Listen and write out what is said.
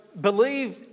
believe